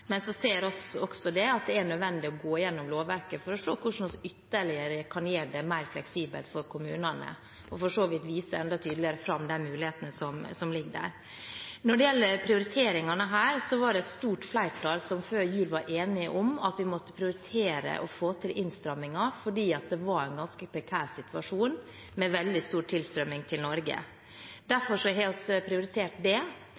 Men vi ser også at det er nødvendig å gå gjennom lovverket for å se på hvordan vi ytterligere kan gjøre det mer fleksibelt for kommunene, og for så vidt vise enda tydeligere fram de mulighetene som ligger der. Når det gjelder prioriteringene her, var det et stort flertall som før jul var enig om at vi måtte prioritere å få til innstramminger fordi det var en ganske prekær situasjon med veldig stor tilstrømning til Norge. Derfor har vi prioritert det, men vi har også prioritert arbeidet med en integreringsmelding. Det